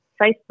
Facebook